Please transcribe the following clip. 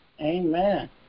Amen